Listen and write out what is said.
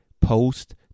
post